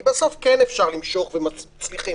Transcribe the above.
כי בסוף כן אפשר למשוך ומצליחים